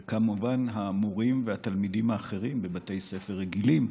וכמובן, המורים והתלמידים האחרים בבתי ספר רגילים,